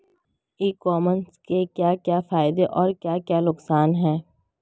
ई commerce के क्या क्या फायदे और क्या क्या नुकसान है?